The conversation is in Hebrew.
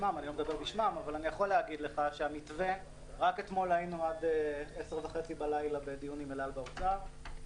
שרק אתמול היינו עד 22:30 בלילה בדיון עם אל על והאוצר.